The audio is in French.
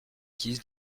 qui